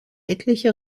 etliche